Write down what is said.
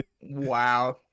Wow